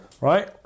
Right